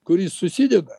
kuris susideda